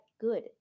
good